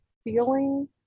feeling